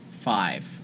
Five